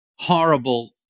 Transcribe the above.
horrible